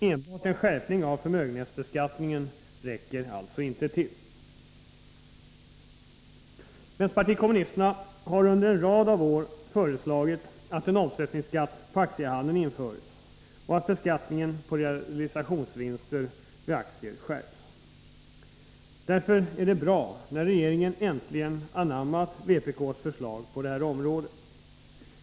Enbart en skärpning av förmögenhetsbeskattningen räcker alltså inte till. Vänsterpartiet kommunisterna har under en rad av år föreslagit att en omsättningsskatt på aktiehandeln skall införas och att beskattningen på realisationsvinster vid handel med aktier skall skärpas. Därför är det bra när regeringen äntligen anammar vpk:s förslag på detta område.